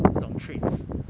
这种 traits